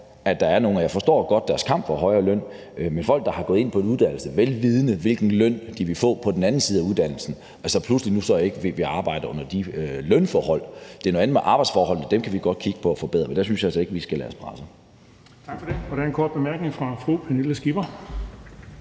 at gøre det på. Jeg forstår godt deres kamp for en højere løn, men vi skal ikke lade os presse af folk, der er gået ind på en uddannelse, vel vidende hvilken løn de vil få på den anden side af uddannelsen, og som pludselig ikke vil arbejde under de lønforhold. Det er noget andet med arbejdsforholdene, dem kan vi godt kigge på at forbedre. Kl. 11:14 Den fg. formand (Erling